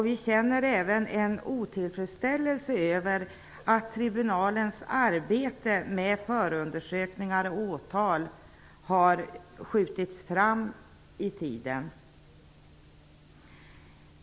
Vi känner även en otillfredsställelse över att tribunalens arbete med förundersökningar och åtal har skjutits fram i tiden.